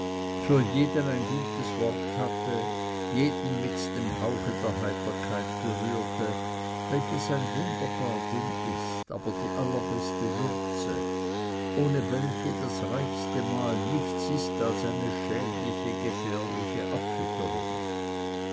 für jeden ein gutes wort hatte jeden mit dem hauche der heiterkeit berührte welches ein wunderbar ding ist aber die allerbeste würze ohne welche das reichste mahl nichts ist als eine schädliche gefährliche abfütterung